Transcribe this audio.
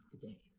today